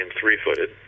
three-footed